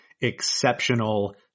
exceptional